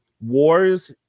wars